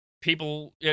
People